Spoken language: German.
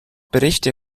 berichte